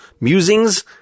musings